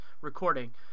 recording